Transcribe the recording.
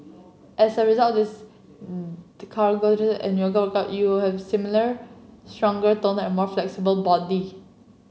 as a result this and yoga workout you'll have slimmer stronger toner and more flexible body